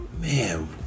Man